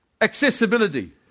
Accessibility